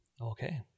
okay